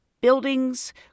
buildings